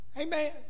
Amen